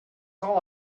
all